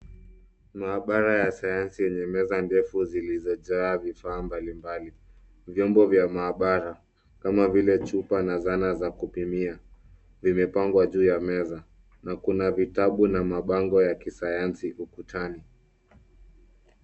Mahabara ya sayansi yenye meza ndefu zilizojaa vifaa mbalimbali. Vyombo vya mahabara kama vile chupa na zana za kupimia, vimepangwa juu ya meza na kuna vitabu na mabango ya kisayansi ukutani.